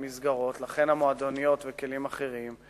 במסגרות, לכן המועדוניות וכלים אחרים.